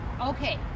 Okay